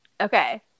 Okay